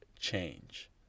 change